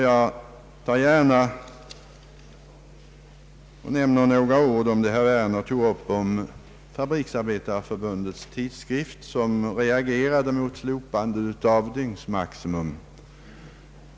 Jag vill gärna säga några ord om Fabriksarbetareförbundets tidskrift, som reagerade mot slopandet av dygnsmaximum.